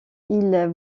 ils